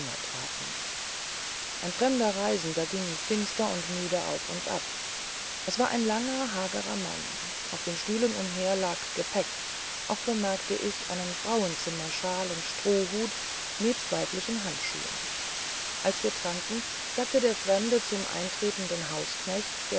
traten ein fremder reisender ging finster und müde auf und ab es war ein langer hagerer alter mann auf den stühlen umher lag gepäck auch bemerkte ich einen frauenzimmerschal und strohhut nebst weiblichen handschuhen als wir tranken sagte der fremde zum eintretenden hausknecht der